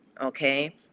okay